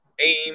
aim